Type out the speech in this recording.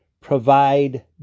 provide